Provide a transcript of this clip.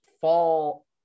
fall